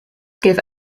give